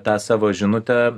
tą savo žinutę